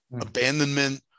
abandonment